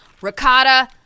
ricotta